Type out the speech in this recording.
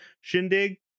Shindig